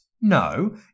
No